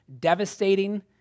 devastating